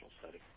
study